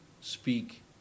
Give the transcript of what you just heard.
speak